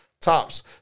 tops